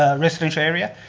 ah residential area.